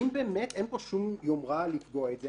אם באמת אין פה שום יומרה לקבוע את זה,